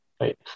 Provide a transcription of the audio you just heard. Wait